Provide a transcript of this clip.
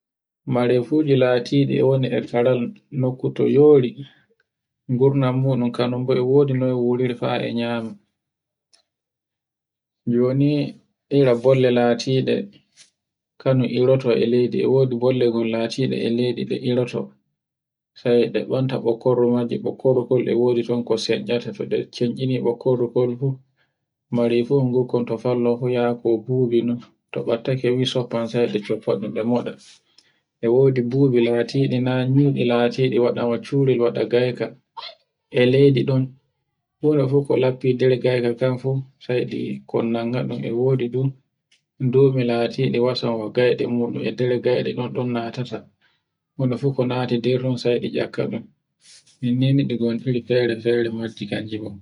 Marefuji latiɗi e woni e karal nokku to yori gurnan muɗun kanun bo e wodi noy wuwuri fa e nyame. Joni ira bolle latiɗi kan no iroto e laydi, e wodi bollegon kan no latiɗi e leydi di no iroto. Sai ɗe ɓanta ɓokkoro majji, bokkoro kol e wodi ton ko senyata to ɗe kencini ɓokkodo kon fu maferuwel fu kon to follo fu yako fu bubi non to ɓattake wiso sai ɗe tokkaɗum. e wodi bubi latiɗi na nyucci latiɗi waɗa wa curel waɗa gaika e leydi ɗon. Wuro fu ko laffi nder gaika kan sai ɗi kol nanga ɗun e wodi domi latiɗi wasanwa gaiɗi muɗum e nder gaiɗe ɗun natata. huno fu ko nati nder sai un ekkaɗun. min ni e ɗi gontiri fere-fere majji.